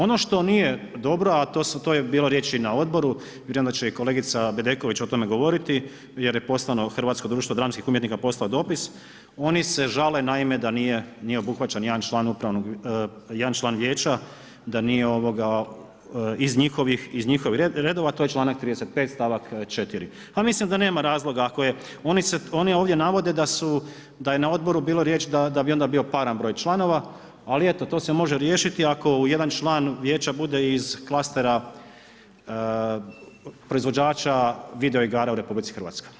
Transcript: Ono što nije dobro a to je bilo riječi i na odboru, vjerujem da će i kolegica Bedeković o tome govoriti jer je poslano, Hrvatsko društvo dramskih umjetnika poslalo je dopis, oni se žale naime da nije, nije obuhvaćen ni jedan član upravnog vijeća, jedan član vijeća da nije iz njihovih redova a to je članak 35. stavak 4. Pa mislim da nema razloga ako je, oni ovdje navode da je na odboru bilo riječi, da bi onda bio paran broj članova ali eto to se može riješiti ako jedan član vijeća bude iz klastera proizvođača video igara u RH.